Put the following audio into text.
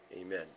amen